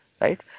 right